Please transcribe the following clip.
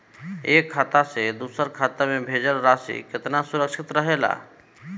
एक खाता से दूसर खाता में राशि भेजल केतना सुरक्षित रहेला?